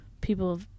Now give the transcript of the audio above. people